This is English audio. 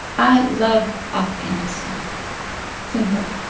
i love afghanistan simple